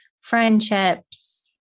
friendships